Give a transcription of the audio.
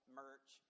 merch